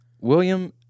William